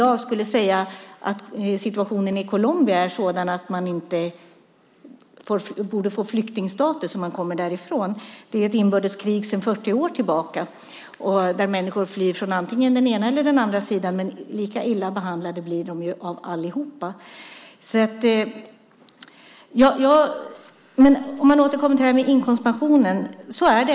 Vem skulle i dag säga att situationen i Colombia är sådan att man inte borde få flyktingstatus om man kommer därifrån? Det är ett inbördeskrig sedan 40 år tillbaka där människor flyr från antingen den ena eller den andra sidan. Lika illa behandlade blir de av allihop. Jag återkommer till inkomstpensionen.